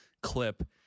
clip